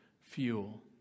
fuel